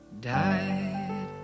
Died